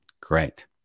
Great